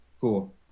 cool